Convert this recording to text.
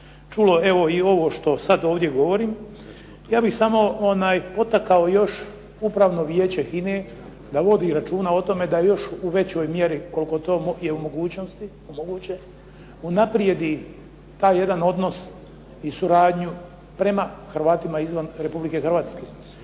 čulo evo ovo što sad ovdje govorim ja bih samo potakao još Upravno vijeće HINA-e da vodi računa o tome da još u većoj mjeri koliko je to moguće unaprijedi taj jedan odnos i suradnju prema Hrvatima izvan Republike Hrvatske.